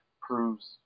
proves